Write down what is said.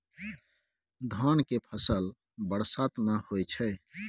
धान के फसल बरसात में होय छै?